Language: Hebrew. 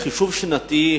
בחישוב שנתי,